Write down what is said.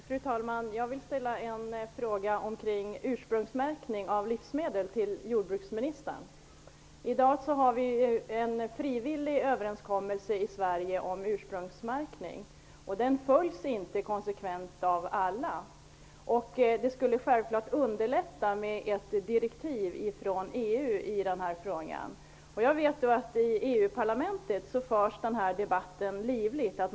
Fru talman! Jag vill ställa en fråga om ursprungsmärkning av livsmedel till jordbruksministern. I dag har vi en frivillig överenskommelse i Sverige om ursprungsmärkning. Den följs inte konsekvent av alla. Det skulle självfallet underlätta med ett direktiv från EU i den här frågan. Jag vet att den här debatten förs livligt i EU-parlamentet.